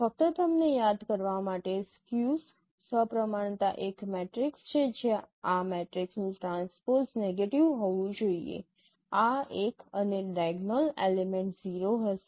ફક્ત તમને યાદ કરવા માટે સ્ક્યૂ સપ્રમાણતા એક મેટ્રિક્સ છે જ્યાં આ મેટ્રિક્સનું ટ્રાન્સપોઝ નેગેટિવ હોવું જોઈએ આ એક અને ડાઇગોનલ એલિમેંટ 0 હશે